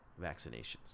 vaccinations